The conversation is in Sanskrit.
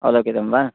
अवलोकितं वा